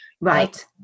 right